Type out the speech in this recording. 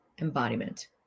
embodiment